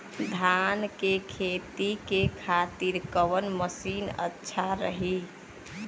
धान के खेती के खातिर कवन मशीन अच्छा रही?